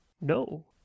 No